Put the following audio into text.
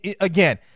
again